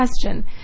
question